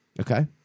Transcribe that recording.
okay